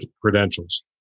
credentials